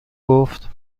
گفت